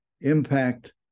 impact